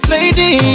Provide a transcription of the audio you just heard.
Lady